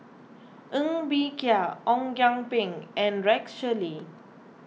Ng Bee Kia Ong Kian Peng and Rex Shelley